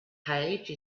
page